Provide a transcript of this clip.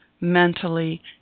mentally